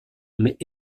mais